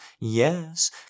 Yes